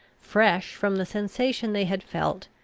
fresh from the sensation they had felt,